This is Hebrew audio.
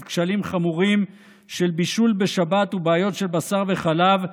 כשלים חמורים של בישול בשבת ובעיות של בשר וחלב,